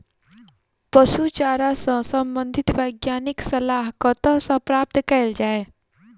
पशु चारा सऽ संबंधित वैज्ञानिक सलाह कतह सऽ प्राप्त कैल जाय?